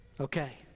Okay